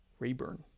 Rayburn